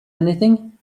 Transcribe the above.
anything